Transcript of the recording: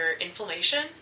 inflammation